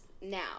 now